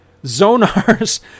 zonar's